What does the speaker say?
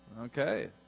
Okay